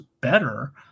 better